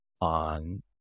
on